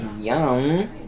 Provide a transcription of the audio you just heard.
Yum